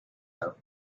are